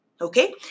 Okay